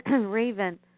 Raven